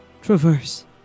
traverse